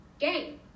game